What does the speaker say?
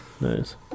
Nice